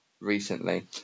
recently